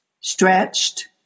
Stretched